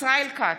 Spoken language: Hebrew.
ישראל כץ,